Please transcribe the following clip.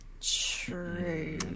True